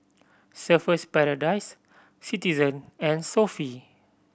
Surfer's Paradise Citizen and Sofy